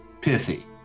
Pithy